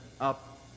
up